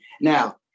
Now